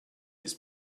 his